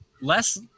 less